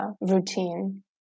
routine